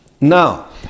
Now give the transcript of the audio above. Now